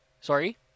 Sorry